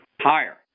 Higher